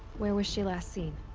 where was she last seen?